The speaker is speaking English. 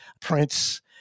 Prince